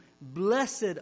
Blessed